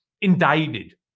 indicted